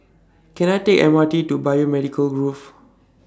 Can I Take M R T to Biomedical Grove